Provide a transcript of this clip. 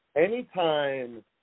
anytime